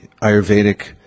Ayurvedic